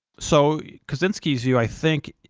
so kaczyncki's view, i think,